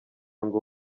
ngo